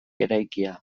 eraikia